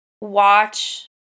watch